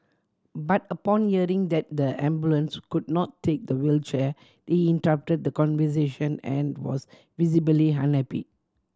but upon hearing that the ambulance could not take the wheelchair he interrupted the conversation and was visibly unhappy